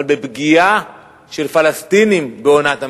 אבל בפגיעה של פלסטינים בעונת המסיק.